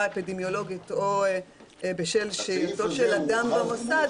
אפידמיולוגית או בשל שהייתו של אדם במוסד,